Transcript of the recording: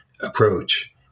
approach